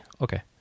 Okay